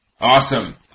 Awesome